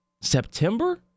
September